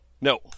No